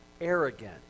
Arrogant